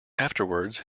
afterwards